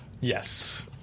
yes